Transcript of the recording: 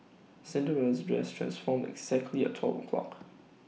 Cinderella's dress transformed exactly at twelve o'clock